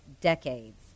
decades